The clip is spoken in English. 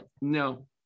No